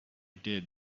did